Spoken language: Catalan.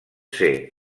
ser